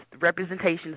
Representations